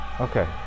Okay